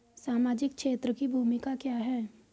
सामाजिक क्षेत्र की भूमिका क्या है?